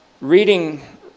reading